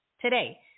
today